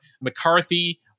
McCarthy